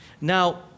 Now